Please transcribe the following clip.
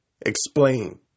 explain